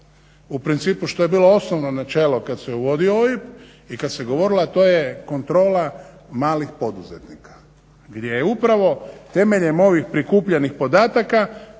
u principu što je bilo osnovno načelo kad se uvodio OIB i kad se govorilo, a to je kontrola malih poduzetnika, gdje je upravo temeljem ovih prikupljenih podataka